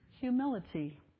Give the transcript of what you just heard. humility